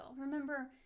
Remember